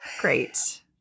Great